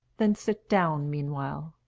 then sit down meanwhile.